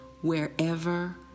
wherever